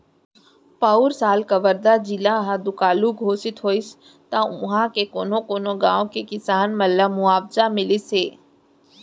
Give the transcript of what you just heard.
पउर साल कवर्धा जिला ह दुकाल घोसित होइस त उहॉं के कोनो कोनो गॉंव के किसान मन ल मुवावजा मिलिस हे